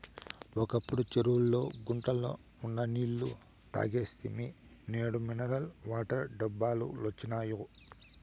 ఒకప్పుడు చెరువుల్లో గుంటల్లో ఉన్న నీళ్ళు తాగేస్తిమి నేడు మినరల్ వాటర్ డబ్బాలొచ్చినియ్